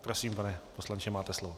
Prosím, pane poslanče, máte slovo.